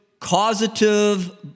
causative